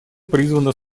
призвано